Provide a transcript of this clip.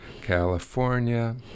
California